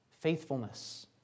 faithfulness